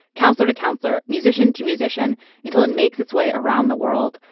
counselor to counselor, musician to musician until it makes its way around the world,